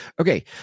okay